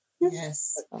Yes